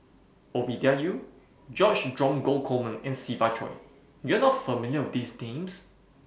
Ovidia Yu George Dromgold Coleman and Siva Choy YOU Are not familiar with These Names